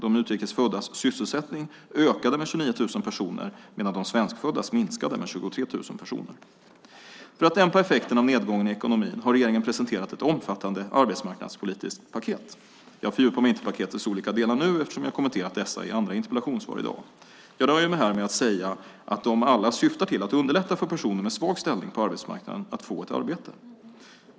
De utrikes föddas sysselsättning ökade med 29 000 personer medan de svenskföddas minskade med 23 000 personer. För att dämpa effekterna av nedgången i ekonomin har regeringen presenterat ett omfattande arbetsmarknadspolitiskt paket. Jag fördjupar mig inte nu i paketets olika delar eftersom jag kommenterat dessa i andra interpellationssvar i dag. Jag nöjer mig här med att säga att de alla syftar till att underlätta för personer med svag ställning på arbetsmarknaden att få ett arbete.